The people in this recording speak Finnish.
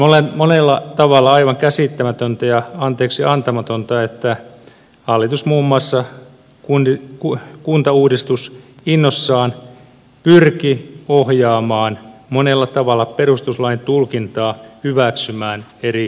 on monella tavalla aivan käsittämätöntä ja anteeksiantamatonta että hallitus muun muassa kuntauudistusinnossaan pyrki ohjaamaan monella tavalla perustuslain tulkintaa hyväksymään eri uudistusesityksensä